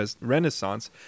Renaissance